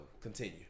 Continue